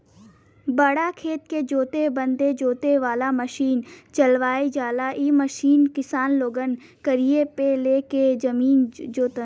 बड़ा खेत के जोते बदे जोते वाला मसीन चलावल जाला इ मसीन किसान लोगन किराए पे ले के जमीन जोतलन